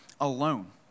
alone